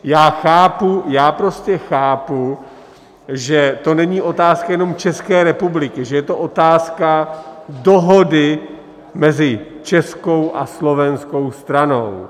Já chápu, já prostě chápu, že to není otázka jenom České republiky, že je to otázka dohody mezi českou a slovenskou stranou.